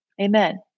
Amen